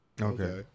Okay